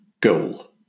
Goal